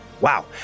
Wow